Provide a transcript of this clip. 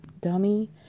Dummy